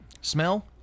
Smell